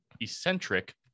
eccentric